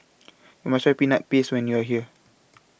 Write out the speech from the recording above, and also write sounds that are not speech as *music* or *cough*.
YOU must Try Peanut Paste when YOU Are here *noise*